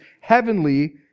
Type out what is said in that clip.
heavenly